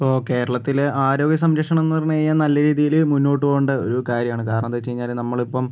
ഇപ്പോൾ കേരളത്തിൽ ആരോഗ്യ സംരക്ഷണം എന്ന് പറഞ്ഞു കഴിഞ്ഞാൽ നല്ല രീതിയിൽ മുന്നോട്ടു പോകേണ്ട ഒരു കാര്യമാണ് കാരണമെന്താണ് വെച്ച് കഴിഞ്ഞാൽ നമ്മളിപ്പം